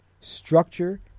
structure